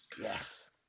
Yes